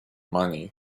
money